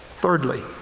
Thirdly